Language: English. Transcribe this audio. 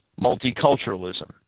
multiculturalism